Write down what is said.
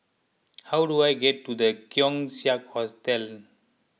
how do I get to the Keong Saik Hotel